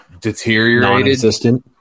deteriorated